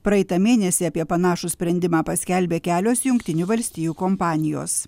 praeitą mėnesį apie panašų sprendimą paskelbė kelios jungtinių valstijų kompanijos